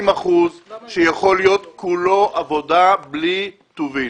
אחוזים שיכולים להיות כולם עבודה בלי טובין.